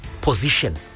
position